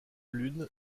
l’une